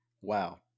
Wow